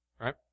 Right